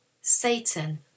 Satan